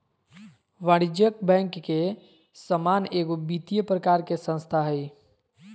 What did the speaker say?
वाणिज्यिक बैंक के समान एगो वित्तिय प्रकार के संस्था हइ